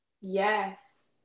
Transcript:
Yes